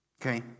Okay